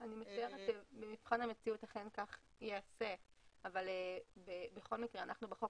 אני משערת שבמבחן המציאות אכן כך ייעשה אבל בכל מקרה אנחנו בחוק